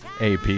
AP